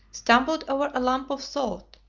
stumbled over a lump of salt,